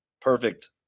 perfect